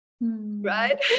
right